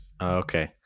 Okay